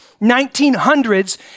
1900s